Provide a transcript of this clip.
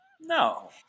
no